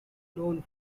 known